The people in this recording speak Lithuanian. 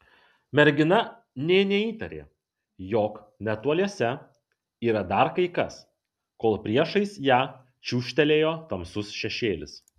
mergina nė neįtarė jog netoliese yra dar kai kas kol priešais ją čiūžtelėjo tamsus šešėlis